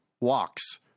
walks